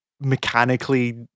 mechanically